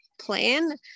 plan